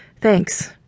Thanks